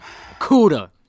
Cuda